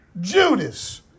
Judas